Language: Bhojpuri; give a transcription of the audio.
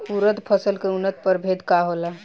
उरद फसल के उन्नत प्रभेद का होला?